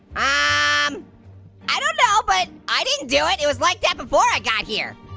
i um i don't know, but i didn't do it. it was like that before i got here.